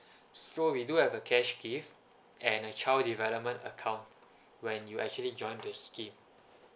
so we do have a cash gift and a child development account when you actually join this scheme